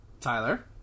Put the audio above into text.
Tyler